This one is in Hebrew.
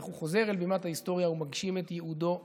ואיך הוא חוזר אל בימת ההיסטוריה ומגשים את ייעודו ושליחותו.